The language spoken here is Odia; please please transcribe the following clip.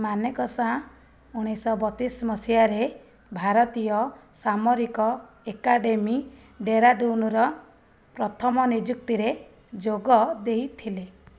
ମାନେକ୍ଶା ଉଣେଇଶହ ବତିଶ ମସିହାରେ ଭାରତୀୟ ସାମରିକ ଏକାଡ଼େମୀ ଡେରାଡୁନ୍ର ପ୍ରଥମ ନିଯୁକ୍ତିରେ ଯୋଗ ଦେଇଥିଲେ